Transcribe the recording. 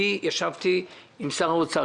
ישבתי עם שר האוצר,